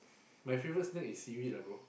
my favorite snack is seaweed ah bro